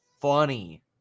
funny